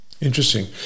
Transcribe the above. interesting